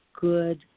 good